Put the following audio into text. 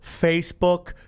Facebook